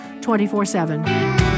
24-7